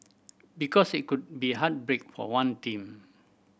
because it could be heartbreak for one team